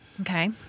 Okay